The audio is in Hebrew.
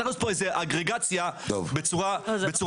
צריך לעשות פה איזו אגרגציה בצורה מסודרת,